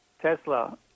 Tesla